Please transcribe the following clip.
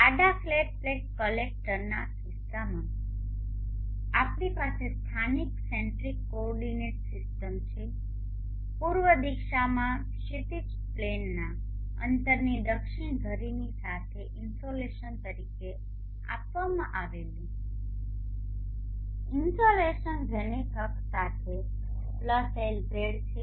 આડા flat plate collector ના કિસ્સામાં આપણી પાસે સ્થાનિક સેન્ટ્રિક કોઓર્ડિનેટ સિસ્ટમ છે પૂર્વ દિશામાં ક્ષિતિજ પ્લેનના અંતરની દક્ષિણ ધરીની સાથે ઇન્સોલેશન તરીકે આપવામાં આવેલું ઇન્સોલેશન ઝેનિથ અક્ષ સાથે LZ છે